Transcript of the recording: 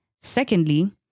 Secondly